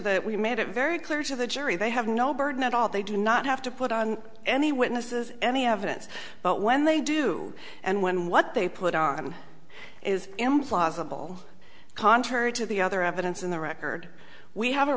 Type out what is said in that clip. that we made it very clear to the jury they have no burden at all they do not have to put on any witnesses any evidence but when they do and when what they put on is implausible contrary to the other evidence in the record we have a